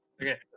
Okay